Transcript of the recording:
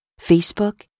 Facebook